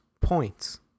Points